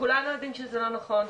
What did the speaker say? וכולנו יודעים שזה לא נכון,